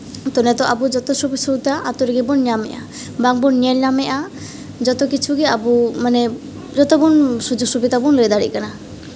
ᱛᱚ ᱱᱤᱛᱚᱜ ᱟᱵᱚ ᱡᱚᱛᱚ ᱥᱩᱡᱳᱜᱽ ᱥᱩᱵᱤᱫᱷᱟ ᱟᱛᱳ ᱨᱮᱜᱮ ᱵᱚᱱ ᱧᱟᱢᱮᱜᱼᱟ ᱵᱟᱝ ᱵᱚᱱ ᱧᱮᱞ ᱧᱟᱢᱮᱜᱼᱟ ᱡᱚᱛᱚ ᱠᱤᱪᱷᱩᱜᱮ ᱟᱵᱚ ᱢᱟᱱᱮ ᱡᱚᱛᱚᱵᱚᱱ ᱥᱩᱡᱳᱜᱽ ᱥᱩᱵᱤᱫᱷᱟ ᱵᱚᱱ ᱞᱟᱹᱭ ᱫᱟᱲᱮᱜ ᱠᱟᱱᱟ